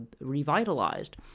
revitalized